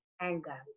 anger